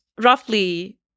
roughly